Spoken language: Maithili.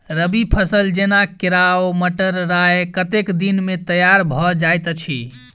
रबी फसल जेना केराव, मटर, राय कतेक दिन मे तैयार भँ जाइत अछि?